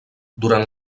durant